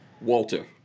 Walter